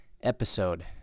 episode